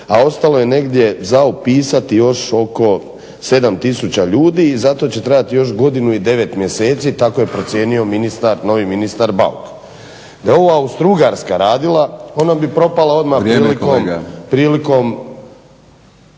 a ostalo je negdje za upisati još oko 7000 ljudi i za to će trebati još godinu i 9 mjeseci. Tako je procijenio novi ministar Bauk. Da je ovo Austro-ugarska radila ona bi propala odmah prilikom…